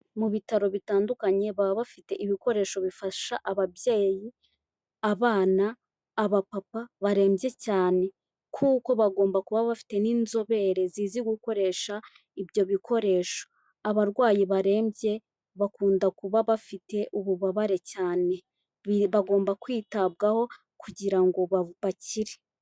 Mu bitaro bitandukanye baba bafite ibikoresho bifasha ababyeyi, abana, abapapa barembye cyane kuko bagomba kuba bafite n'inzobere zizi gukoresha ibyo bikoresho, abarwayi barembye bakunda kuba bafite ububabare cyane bagomba kwitabwaho kugira ngo bakire.